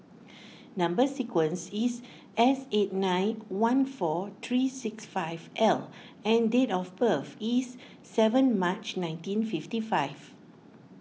Number Sequence is S eight nine one four three six five L and date of birth is seven March nineteen fifty five